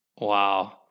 Wow